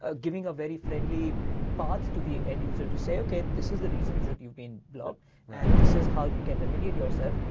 ah giving a very friendly path but to the end user to say okay, this is the reasons that you've been blocked and this is how you can remediate yourself.